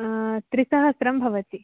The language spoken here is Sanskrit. त्रिसहस्रं भवति